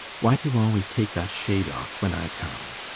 why do you always take that shade off when i come?